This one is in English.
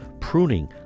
pruning